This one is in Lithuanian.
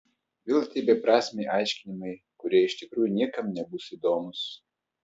vėl tie beprasmiai aiškinimai kurie iš tikrųjų niekam nebus įdomūs